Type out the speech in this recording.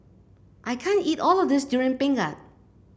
I can't eat all of this Durian Pengat